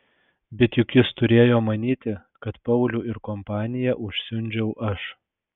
bet juk jis turėjo manyti kad paulių ir kompaniją užsiundžiau aš